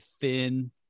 thin